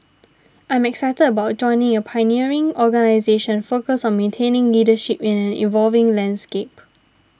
I'm excited about joining a pioneering organisation focused on maintaining leadership in an evolving landscape